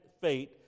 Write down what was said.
fate